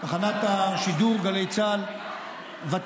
תחנת השידור גלי צה"ל ותיקה,